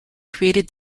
created